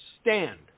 stand